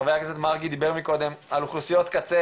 חה"כ מרגי דיבר קודם על אוכלוסיות קצה